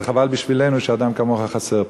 זה חבל בשבילנו שאדם כמוך חסר פה.